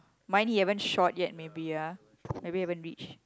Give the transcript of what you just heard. mine he haven't shot yet maybe ya maybe haven't reach